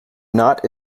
knot